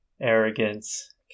arrogance